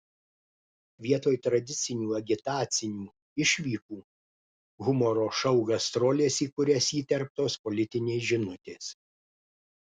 vietoj tradicinių agitacinių išvykų humoro šou gastrolės į kurias įterptos politinės žinutės